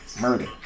murder